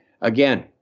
again